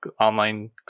online